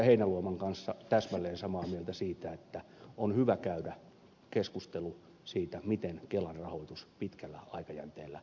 heinäluoman kanssa täsmälleen samaa mieltä siitä että on hyvä käydä keskustelu siitä miten kelan rahoitus pitkällä aikajänteellä turvataan